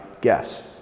guess